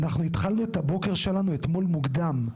אנחנו התחלנו את הבוקר שלנו אתמול מוקדם,